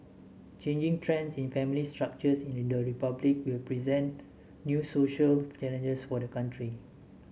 changing trends in family structures in the Republic will present new social challenges for the country